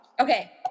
Okay